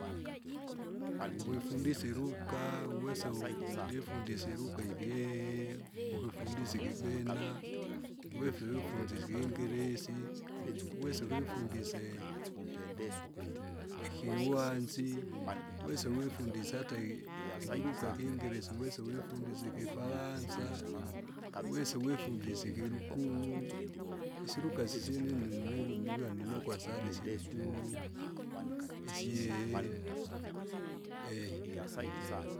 Ukwifundisi iluga, uwesa udifundise iluga ikii, ukifundise ikibena, uwefe wifundise ikingeresi, uwesa ukifundise, ikiwanzi, uwese wifundise ata i- ikiluga ikingeresi uwese wifundise ikifaransa, uwesa wifundise, ikiruguru. Isiluga sisyene une niniu niwia ndinokwa sana isiluguru, isihehe.